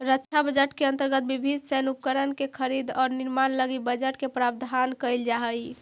रक्षा बजट के अंतर्गत विभिन्न सैन्य उपकरण के खरीद औउर निर्माण लगी बजट के प्रावधान कईल जाऽ हई